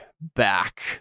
back